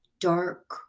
dark